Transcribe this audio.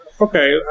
Okay